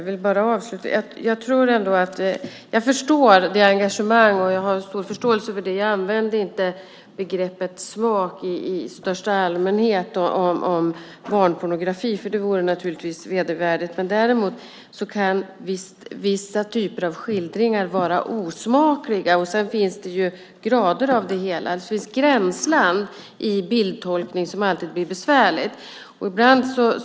Herr talman! Jag har stor förståelse för engagemanget. Jag använde inte begreppet smak i största allmänhet om barnpornografi. Det vore naturligtvis vedervärdigt. Däremot kan vissa typer av skildringar vara osmakliga, och det finns olika grader av det. Det finns ett gränsland i bildtolkning som alltid blir besvärligt.